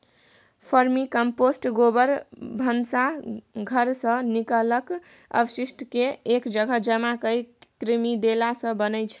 vermicompost गोबर, भनसा घरसँ निकलल अवशिष्टकेँ एक जगह जमा कए कृमि देलासँ बनै छै